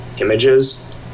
images